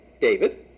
David